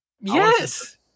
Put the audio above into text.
Yes